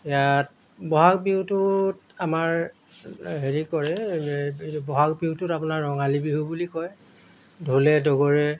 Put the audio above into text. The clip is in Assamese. ইয়াত বহাগ বিহুটোত আমাৰ হেৰি কৰে বহাগ বিহুটোত আপোনাৰ ৰঙালী বিহু বুলি কয় ঢোলে দগৰে